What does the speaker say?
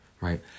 right